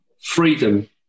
freedom